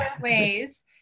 ways